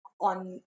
on